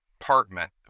apartment